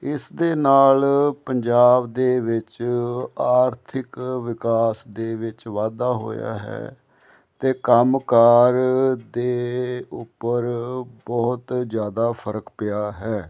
ਇਸ ਦੇ ਨਾਲ ਪੰਜਾਬ ਦੇ ਵਿੱਚ ਆਰਥਿਕ ਵਿਕਾਸ ਦੇ ਵਿੱਚ ਵਾਧਾ ਹੋਇਆ ਹੈ ਅਤੇ ਕੰਮਕਾਰ ਦੇ ਉੱਪਰ ਬਹੁਤ ਜ਼ਿਆਦਾ ਫਰਕ ਪਿਆ ਹੈ